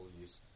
use